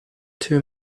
two